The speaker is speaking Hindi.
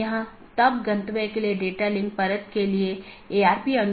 दो त्वरित अवधारणाऐ हैं एक है BGP एकत्रीकरण